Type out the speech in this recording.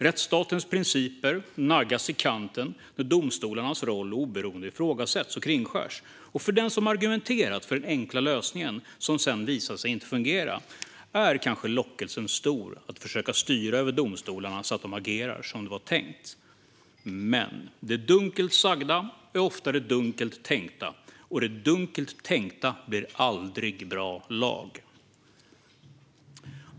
Rättsstatens principer naggas i kanten när domstolarnas roll och oberoende ifrågasätts och kringskärs. För den som har argumenterat för den enkla lösningen som sedan visar sig inte fungera är kanske lockelsen stor att försöka styra över domstolarna så att de agerar som det var tänkt. Men det dunkelt sagda är ofta det dunkelt tänkta, och det dunkelt tänkta blir aldrig bra lag.